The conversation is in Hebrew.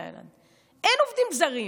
אין עובדים זרים,